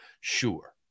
sure